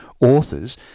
authors